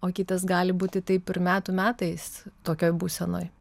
o kitas gali būti taip ir metų metais tokioj būsenoj